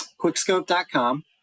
Quickscope.com